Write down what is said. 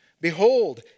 Behold